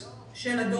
הנתון השני, שלא